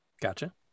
Gotcha